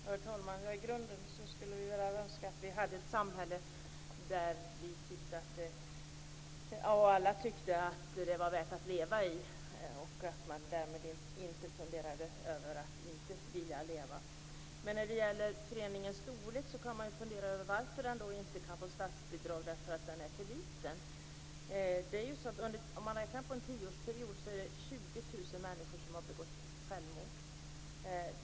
Herr talman! I grunden skulle vi väl alla önska att vi hade ett samhälle där alla tyckte att det var värt att leva och därmed inte funderade över att ta sitt liv. Man kan ju undra varför föreningen inte kan få statsbidrag därför att den är för liten. Under en tioårsperiod är det 20 000 människor som har begått självmord.